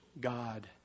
God